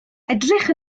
edrych